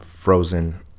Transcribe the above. frozen